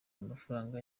amafaranga